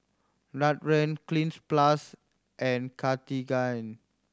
Nutren Cleanz Plus and Cartigain